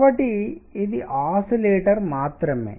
కాబట్టి ఇది ఆసిలేటర్ మాత్రమే